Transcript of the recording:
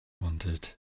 wanted